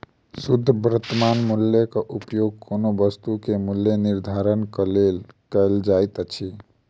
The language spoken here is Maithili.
शुद्ध वर्त्तमान मूल्यक उपयोग कोनो वस्तु के मूल्य निर्धारणक लेल कयल जाइत अछि